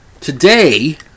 today